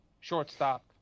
shortstop